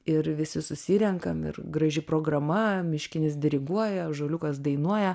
ir visi susirenkam ir graži programa miškinis diriguoja ąžuoliukas dainuoja